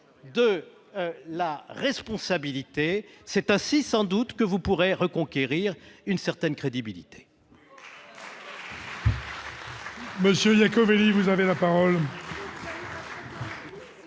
de la responsabilité. C'est ainsi, sans doute, que vous pourrez reconquérir une certaine crédibilité.